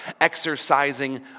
exercising